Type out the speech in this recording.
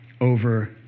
over